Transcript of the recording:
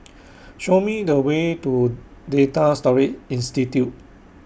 Show Me The Way to Data Storage Institute